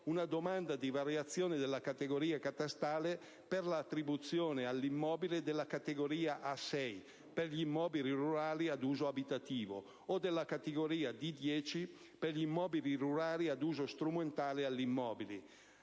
una domanda di variazione della categoria catastale per l'attribuzione all'immobile della categoria A/6 (per gli immobili rurali ad uso abitativo) o della categoria D/10 (per gli immobili rurali ad uso strumentale all'immobile)